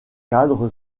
cadre